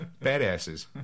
badasses